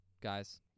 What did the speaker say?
guys